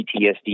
PTSD